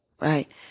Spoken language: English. right